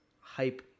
Hype